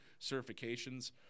certifications